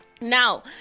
Now